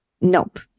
Nope